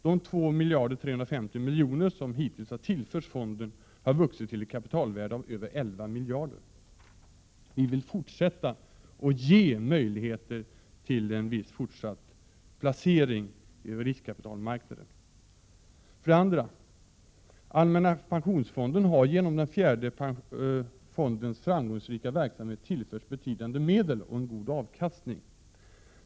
De 2 350 milj.kr. som hittills har tillförts fonden har vuxit till ett kapitalvärde på över 11 miljarder. Vi vill fortsätta att ge möjligheter till en viss fortsatt placering över riskkapitalmarknaden. Vidare: Allmänna pensionsfonden har genom den fjärde AP-fondens framgångsrika verksamhet tillförts betydande medel och en god avkastning.